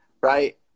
right